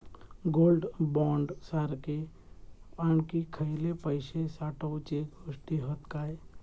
Gold bond सारखे आणखी खयले पैशे साठवूचे गोष्टी हत काय?